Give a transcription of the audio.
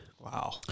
Wow